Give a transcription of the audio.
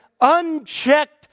unchecked